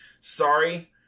sorry